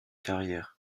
carrières